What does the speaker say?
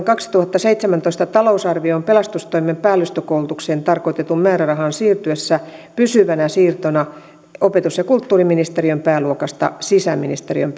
kaksituhattaseitsemäntoista talousarvioon pelastustoimen päällystökoulutukseen tarkoitetun määrärahan siirtyessä pysyvänä siirtona opetus ja kulttuuriministeriön pääluokasta sisäministeriön